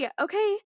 Okay